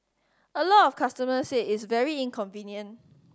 a lot of customers said it's very convenient